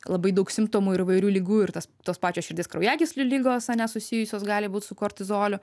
labai daug simptomų ir įvairių ligų ir tas tos pačios širdies kraujagyslių ligos ane susijusios gali būt su kortizoliu